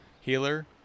Healer